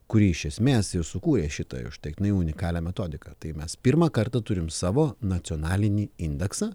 kuri iš esmės ir sukūrė šitą užtektinai unikalią metodiką tai mes pirmą kartą turim savo nacionalinį indeksą